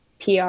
pr